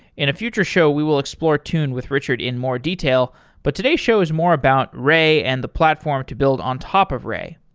in a future show, we will explore tune with richard in more detail. but today's show is more about ray and the platform to build on top of ray.